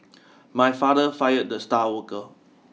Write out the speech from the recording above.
my father fired the star worker